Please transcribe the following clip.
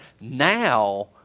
now